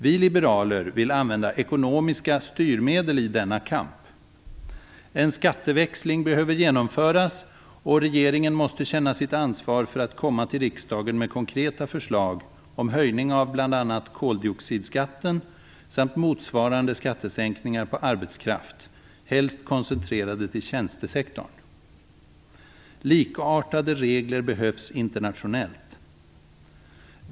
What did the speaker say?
Vi liberaler vill använda ekonomiska styrmedel i denna kamp. En skatteväxling behöver genomföras och regeringen måste känna sitt ansvar för att komma till riksdagen med konkreta förslag om höjning av bl.a. koldioxidskatten samt motsvarande skattesänkningar på arbetskraft, helst koncentrerade till tjänstesektorn. Likartade regler behövs internationellt.